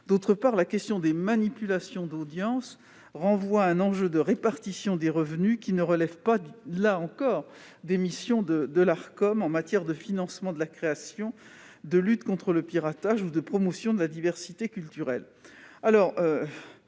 ailleurs, la question des manipulations d'audience renvoie à un enjeu de répartition des revenus qui ne relève pas non plus des missions de l'Arcom- financement de la création, lutte contre le piratage, promotion de la diversité culturelle ...